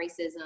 racism